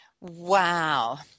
Wow